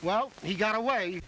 well he got away